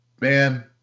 Man